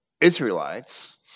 Israelites